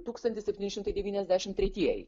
tūkstantis septyni šimtai devyniasdešimt tretieji